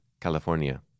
California